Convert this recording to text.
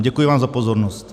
Děkuji vám za pozornost.